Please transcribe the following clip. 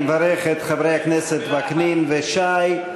אני מברך את חברי הכנסת וקנין ושי,